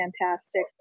fantastic